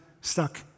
stuck